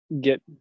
get